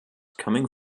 coming